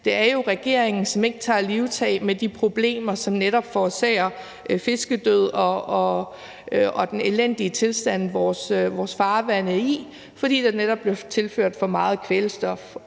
Det er jo regeringen, som ikke tager livtag med de problemer, som netop forårsager fiskedød og den elendige tilstand, vores farvande er i, fordi der netop bliver tilført for meget kvælstof.